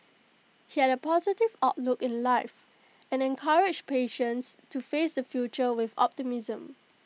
he had A positive outlook in life and encouraged patients to face the future with optimism